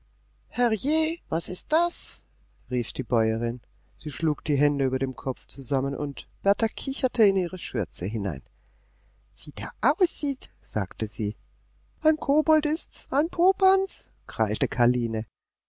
herrje was ist das rief die bäuerin sie schlug die hände über dem kopf zusammen und berta kicherte in ihre schürze hinein wie der aussieht sagte sie ein kobold ist's ein popanz kreischte karline